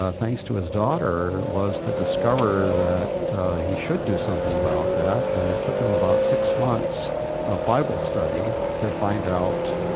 ah thanks to his daughter, was to discover that he should do something about that, and it took him about six months of bible study to find out,